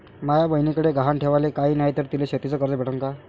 माया बयनीकडे गहान ठेवाला काय नाही तर तिले शेतीच कर्ज भेटन का?